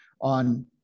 on